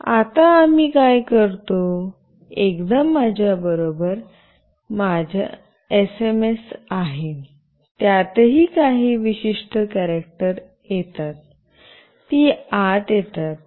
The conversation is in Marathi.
आणि आता आम्ही काय करतो एकदा माझ्याबरोबर एसएमएस आहे त्यातही काही विशिष्ट कॅरेक्टरही येतात ती आत येतात